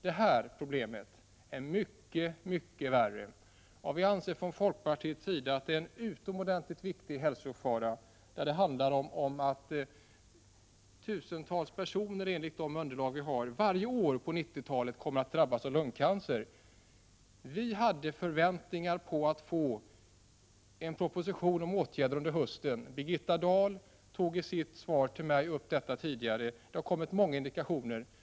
Det här problemet är mycket värre, och vi anser från folkpartiets sida att 7 det handlar om en utomordentligt viktig hälsofara där — enligt de underlag vi har — tusentals personer varje år av 90-talet kommer att drabbas av lungcancer. Vi hade förväntningar om att få en proposition om åtgärder under hösten. Birgitta Dahl har i ett svar till mig tidigare tagit upp det. Det har kommit många indikationer om detta.